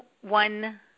one